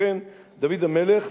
ולכן דוד המלך,